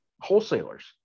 wholesalers